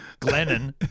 Glennon